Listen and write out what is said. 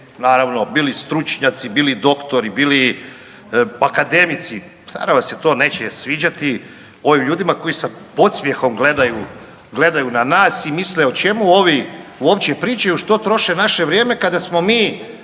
naravno bili stručnjaci, bili doktori, bili akademici … neće sviđati ovim ljudima koji sa podsmjehom gledaju na nas i misle o čemu uopće ovi pričaju, što troše naše vrijeme kada smo mi